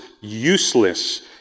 useless